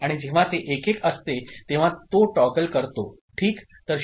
आणि जेव्हा ते 1 1 असते तेव्हा तो टॉगल करतो ठीक